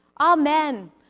Amen